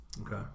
Okay